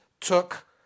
took